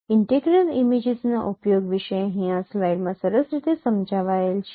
integral ઇમેજીસના ઉપયોગ વિશે અહીં આ સ્લાઇડમાં સરસ રીતે સમજાવાયેલ છે